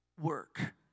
work